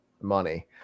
money